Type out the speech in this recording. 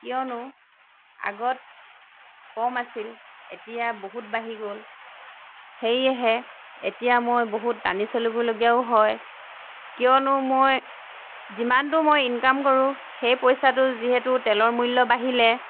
কিয়নো আগত কম আছিল এতিয়া বহুত বাঢ়ি গ'ল সেয়েহে এতিয়া মই বহুত টানি চলিবলগীয়া হয় কিয়নো মই যিমানতো মই ইনকম কৰোঁ সেই পইচাটো যিহেতু তেলৰ দাম বাঢ়িলে